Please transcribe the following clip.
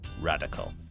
radical